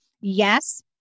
yes